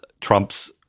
Trump's